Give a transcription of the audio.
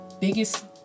biggest